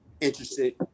interested